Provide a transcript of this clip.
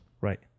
Right